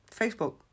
Facebook